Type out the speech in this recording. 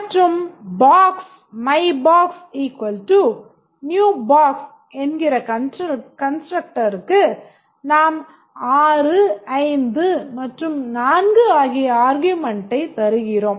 மற்றும் Box myBox new Box என்கிற constructor க்கு நாம் 6 5 மற்றும் 4 ஆகிய arguments ஐத் தருகிறோம்